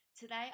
today